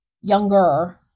younger